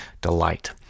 delight